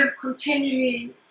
continually